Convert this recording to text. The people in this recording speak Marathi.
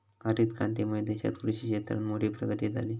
हरीत क्रांतीमुळे देशात कृषि क्षेत्रात मोठी प्रगती झाली